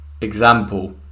example